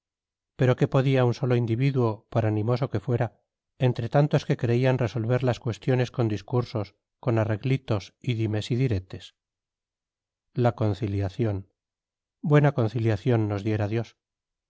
pero qué podía un solo individuo por animoso que fuera entre tantos que creían resolver las cuestiones con discursos con arreglitos y dimes y diretes la conciliación buena conciliación nos diera dios